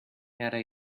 miarę